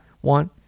One